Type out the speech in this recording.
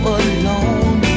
alone